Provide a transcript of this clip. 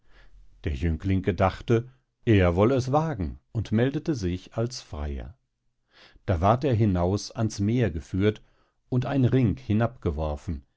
der jüngling gedachte er woll es wagen und meldete sich als freier da ward er hinaus ans meer geführt und ein ring